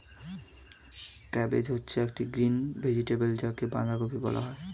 cabbage হচ্ছে একটি green vegetable যাকে বাঁধাকপি বলা হয়